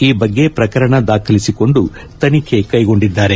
ಈ ಬಗ್ಗೆ ಪ್ರಕರಣ ದಾಖಲಿಸಿಕೊಂದು ತನಿಖೆ ಕೈಗೊಂಡಿದ್ದಾರೆ